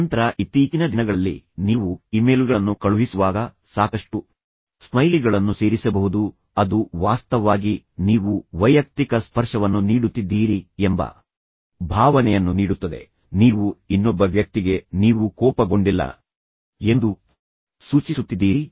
ನಂತರ ಇತ್ತೀಚಿನ ದಿನಗಳಲ್ಲಿ ನೀವು ಇಮೇಲ್ಗಳನ್ನು ಕಳುಹಿಸುವಾಗ ಸಾಕಷ್ಟು ಸ್ಮೈಲಿಗಳನ್ನು ಸೇರಿಸಬಹುದು ಅದು ವಾಸ್ತವವಾಗಿ ನೀವು ವೈಯಕ್ತಿಕ ಸ್ಪರ್ಶವನ್ನು ನೀಡುತ್ತಿದ್ದೀರಿ ಎಂಬ ಭಾವನೆಯನ್ನು ನೀಡುತ್ತದೆ ನೀವು ಇನ್ನೊಬ್ಬ ವ್ಯಕ್ತಿಗೆ ನೀವು ಕೋಪಗೊಂಡಿಲ್ಲ ಎಂದು ಸೂಚಿಸುತ್ತಿದ್ದೀರಿ